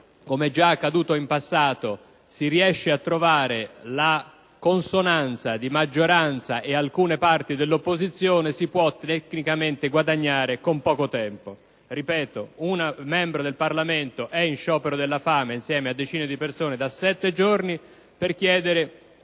come già accaduto in passato - si riesce a trovare la consonanza di maggioranza e alcune parti dell'opposizione, si può tecnicamente guadagnare con poco tempo. Ripeto: un membro del Parlamento è in sciopero della fame insieme a decine di persone da sette giorni per chiedere